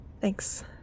Thanks